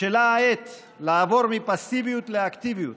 בשלה העת לעבור מפסיביות לאקטיביות